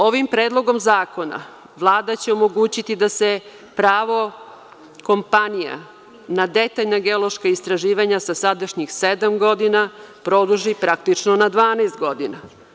Ovim Predlogom zakona, Vlada će omogućiti da se pravo kompanija na detaljna geološka istraživanja sa sadašnjih sedam godina produži praktično na 12 godina.